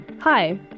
Hi